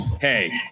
Hey